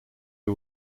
who